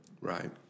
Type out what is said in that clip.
Right